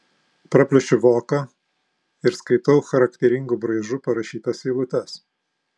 praplėšiu voką ir skaitau charakteringu braižu parašytas eilutes